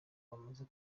bamaze